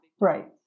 right